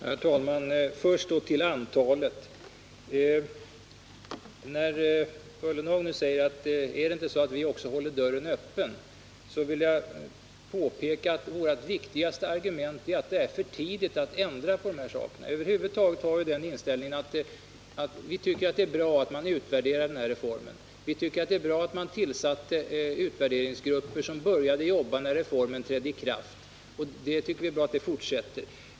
Herr talman! Först till frågan om antalet. När Jörgen Ullenhag frågar om det inte är så att också vi håller dörren öppen, vill jag påpeka att vårt viktigaste argument är att det ännu är för tidigt att ändra på de här sakerna. Över huvud taget har vi inställningen att det är bra att reformen först blir utvärderad och att det är bra att utvärderingsgrupper blivit tillsatta, som kunde börja jobba när reformen trädde i kraft. Vi tycker också att det är bra att det arbetet fortsätter.